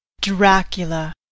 Dracula